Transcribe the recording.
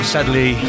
Sadly